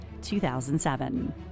2007